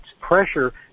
pressure